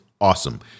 Awesome